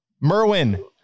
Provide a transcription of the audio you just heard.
Merwin